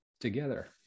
together